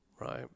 right